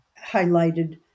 highlighted